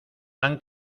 han